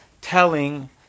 telling